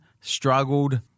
struggled